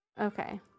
okay